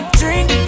drink